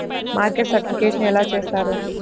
Market certification ఎలా చేస్తారు?